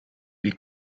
wie